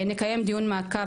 נקיים דיון מעקב,